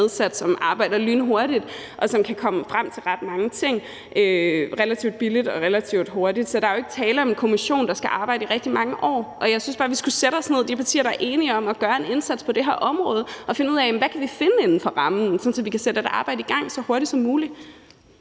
som arbejder lynhurtigt, og som kan komme frem til ret mange ting relativt billigt og relativt hurtigt. Så der er jo ikke tale om en kommission, der skal arbejde i rigtig mange år, og jeg synes bare, vi skulle sætte os ned – de partier, der er enige om at gøre en indsats på det her område – og finde ud af, hvad vi kan finde inden for rammen, sådan at vi kan sætte et arbejde i gang så hurtigt som muligt.